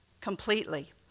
completely